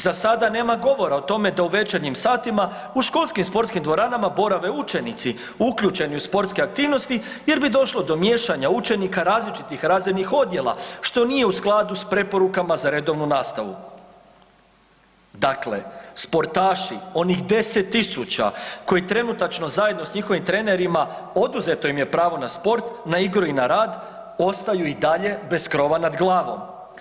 Za sada nema govora o tome da u večernjim satima u školskim sportskim dvoranama borave učenici uključeni u sportske aktivnosti jer bi došlo do miješanja učenika različitih razrednih odjela, što nije u skladu s preporukama za redovnu nastavu.“ Dakle, sportaši onih 10.000 koji trenutačno zajedno s njihovim trenerima oduzeto im je pravo na sport, na igru i na rad ostaju i dalje bez krova nad glavom.